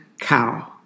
cow